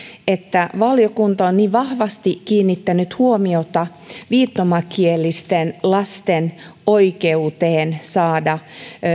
että valiokunta on niin vahvasti kiinnittänyt huomiota viittomakielisten lasten oikeuteen saada